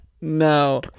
No